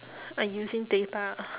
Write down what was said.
I using data